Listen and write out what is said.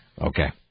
Okay